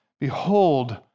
Behold